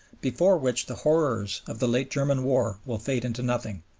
before which the horrors of the late german war will fade into nothing,